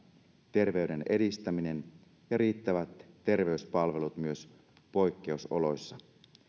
terveyden edistäminen ja riittävät terveyspalvelut myös poikkeusoloissa